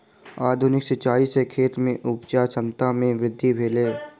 आधुनिक सिचाई सॅ खेत में उपजा क्षमता में वृद्धि भेलै